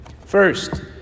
First